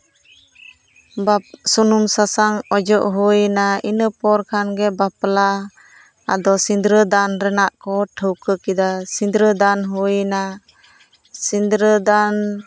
ᱥᱩᱱᱩᱢ ᱥᱟᱥᱟᱝ ᱚᱡᱚᱜ ᱦᱩᱭᱱᱟ ᱤᱱᱟᱯᱚᱨ ᱠᱷᱟᱱ ᱜᱮ ᱵᱟᱯᱞᱟ ᱟᱫᱚ ᱥᱤᱸᱫᱽᱨᱟᱹ ᱫᱟᱱ ᱨᱮᱱᱟᱜ ᱠᱚ ᱴᱷᱟᱹᱣᱠᱟᱹ ᱠᱮᱫᱟ ᱥᱤᱸᱫᱽᱨᱟᱹ ᱫᱟᱱ ᱦᱩᱭᱮᱱᱟ ᱥᱤᱸᱫᱽᱨᱟᱹ ᱫᱟᱱ